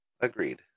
Agreed